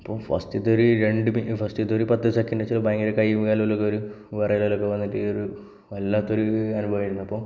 അപ്പോൾ ഫസ്റ്റിലെത്തെ ഒരു രണ്ട് ഫസ്റ്റിലെത്തെ ഒരു പത്ത് സെക്കൻഡ് ഭയങ്കര കൈയ്യും കാലുമൊക്കെ ഒരു വിറയൽ പോലെയൊക്കെ വന്നിട്ട് ഒരു വല്ലാത്ത ഒരു അനുഭവം ആയിരുന്നു അപ്പോൾ